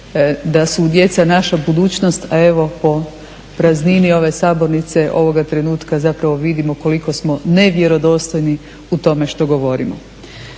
da su djeca naša budućnost, a evo po praznini ove sabornice ovoga trenutka zapravo vidimo koliko smo nevjerodostojni u tome što govorimo.